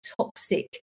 toxic